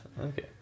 Okay